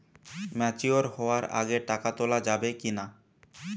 Mature হওয়ার আগে টাকা তোলা যাবে কিনা?